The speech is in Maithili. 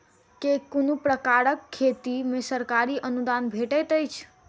केँ कुन प्रकारक खेती मे सरकारी अनुदान भेटैत अछि?